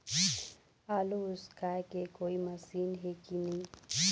आलू उसकाय के कोई मशीन हे कि नी?